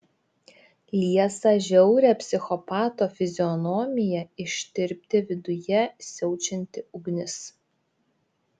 liesą žiaurią psichopato fizionomiją ištirpdė viduje siaučianti ugnis